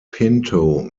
pinto